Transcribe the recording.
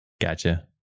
Gotcha